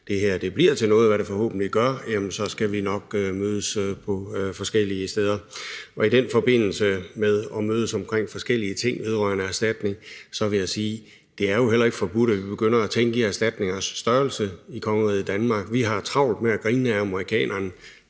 det her bliver til noget, hvad det forhåbentlig gør, så skal vi nok kunne mødes på forskellige områder. Hvad angår at mødes om forskellige ting vedrørende erstatning vil jeg sige, at det jo heller ikke er forbudt, at vi begynder at tænke i erstatningers størrelse i kongeriget Danmark. Vi har travlt med at grine af amerikanerne,